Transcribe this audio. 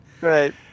Right